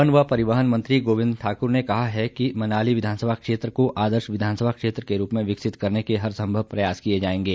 one व परिवहन मंत्री गोविंद ठाक्र ने कहा है कि मनाली विधानसभा क्षेत्र को आदर्श विधानसभा क्षेत्र के रूप में विकसित करने के हरसंभव प्रयास किए जाएंगे